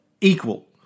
equal